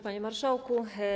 Panie Marszałku!